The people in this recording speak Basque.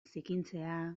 zikintzea